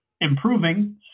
improving